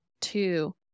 two